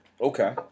Okay